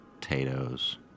potatoes